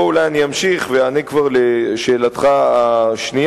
פה אולי אני אמשיך ואענה כבר לשאלתך השנייה,